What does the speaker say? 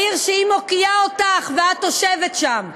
בעיר שמוקיעה אותך, ואת תושבת שם.